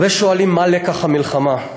הרבה שואלים: מה לקח המלחמה?